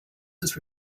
was